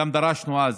גם דרשנו אז